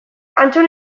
antton